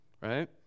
right